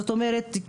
זאת אומרת,